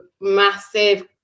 massive